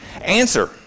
Answer